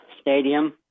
stadium